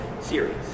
series